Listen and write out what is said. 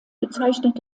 bezeichnet